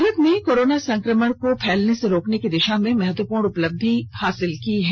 भारत ने कोरोना संक्रमण को फैलने से रोकने की दिशा में महत्वपूर्ण उपलब्धि हासिल की है